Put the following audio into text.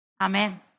Amen